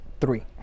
three